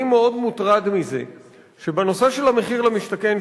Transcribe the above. אני מאוד מוטרד מזה שבנושא המחיר למשתכן,